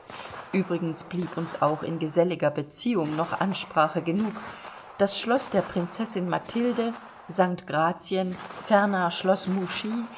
übrigens blieb uns auch in geselliger beziehung noch ansprache genug das schloß der prinzessin mathilde st gratien ferner schloß mouchy